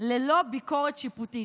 ללא ביקורת שיפוטית.